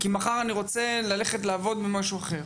ומחר אתה רוצה ללכת לעבוד במשהו אחר